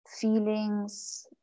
feelings